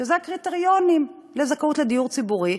שזה מהקריטריונים לזכאות לדיור ציבורי,